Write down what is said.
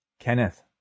Kenneth